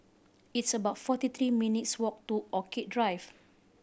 it's about forty three minutes' walk to Orchid Drive